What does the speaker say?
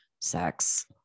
sex